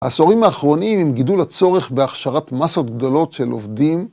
העשורים האחרונים הם גידול לצורך בהכשרת מסות גדולות של עובדים